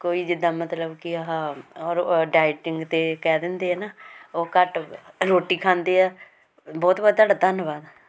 ਕੋਈ ਜਿੱਦਾਂ ਮਤਲਬ ਕਿ ਆਹਾ ਔਰ ਔ ਡਾਇਟਿੰਗ 'ਤੇ ਕਹਿ ਦਿੰਦੇ ਆ ਨਾ ਉਹ ਘੱਟ ਰੋਟੀ ਖਾਂਦੇ ਆ ਬਹੁਤ ਬਹੁਤ ਤੁਹਾਡਾ ਧੰਨਵਾਦ